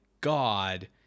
god